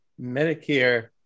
Medicare